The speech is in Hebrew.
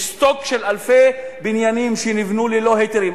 יש סטוק של אלפי בניינים שנבנו ללא היתרים,